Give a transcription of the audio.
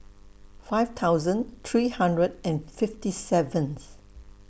five thousand three hundred and fifty seventh